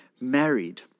married